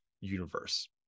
universe